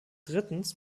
drittens